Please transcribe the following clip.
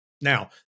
Now